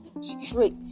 straight